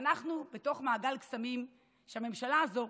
ואנחנו בתוך מעגל קסמים כשהממשלה הזו,